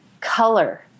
color